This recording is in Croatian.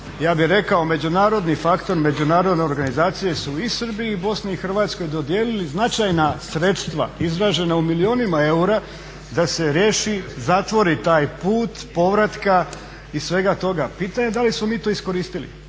Ja bih rekao međunarodni faktor, međunarodne organizacije su i Srbiji i Bosni i Hrvatskoj dodijelili značajna sredstva izražena u milijunima eura da se riješi, zatvori taj put povratka i svega toga. Pitanje je da li smo mi to iskoristili